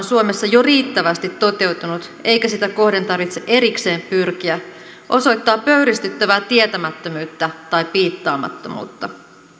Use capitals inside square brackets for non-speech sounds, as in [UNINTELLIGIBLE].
[UNINTELLIGIBLE] suomessa jo riittävästi toteutunut eikä sitä kohden tarvitse erikseen pyrkiä osoittaa pöyristyttävää tietämättömyyttä tai piittaamattomuutta